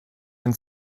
den